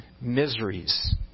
miseries